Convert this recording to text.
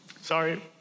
Sorry